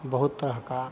तरह का